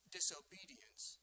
Disobedience